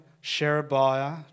Sherebiah